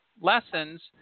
lessons